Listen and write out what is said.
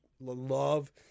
love